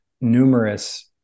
numerous